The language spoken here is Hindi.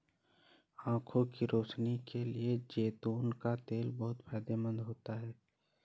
आंखों की रोशनी के लिए जैतून का तेल बहुत फायदेमंद होता है